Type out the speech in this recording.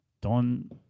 Don